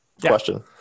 Question